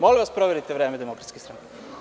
Molim vas proverite vreme DS.